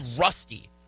rusty